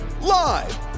live